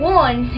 one